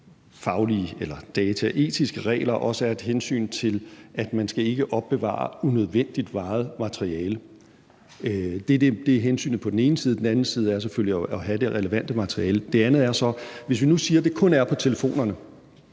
datafaglige eller dataetiske regler også er et hensyn til, at man ikke skal opbevare unødvendigt meget materiale. Det er hensynet på den ene side, og den anden side er selvfølgelig at have det relevante materiale. Det andet er så, hvis vi nu siger, at det kun er på telefonerne,